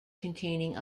containing